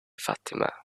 fatima